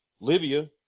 Libya